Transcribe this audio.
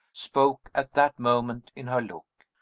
spoke at that moment in her look.